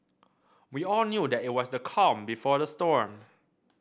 we all knew that it was the calm before the storm